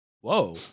Whoa